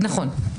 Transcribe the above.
נכון.